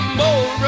more